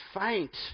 faint